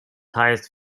highest